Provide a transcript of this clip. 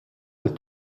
with